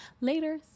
Later